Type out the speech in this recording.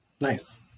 nice